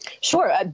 Sure